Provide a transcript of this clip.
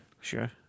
Sure